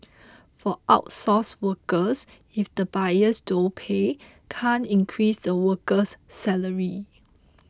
for outsourced workers if the buyers don't pay can't increase the worker's salary